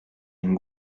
une